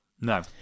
No